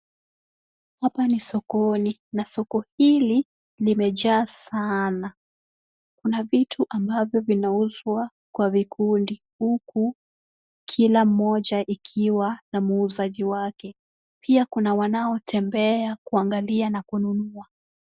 Hapa ni sokoni na soko hili limejaa sana. Kuna vitu ambazo zinauzwa kwa vikundi huku kila moja ikiwa na muuzaji wake. Pia kuna wanaotembea kuangalia na kununua.